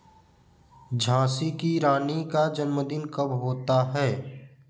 झाँसी की रानी का जन्मदिन कब होता है